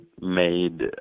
made